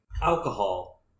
Alcohol